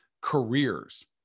careers